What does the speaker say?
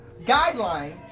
Guideline